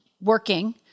working